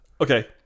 Okay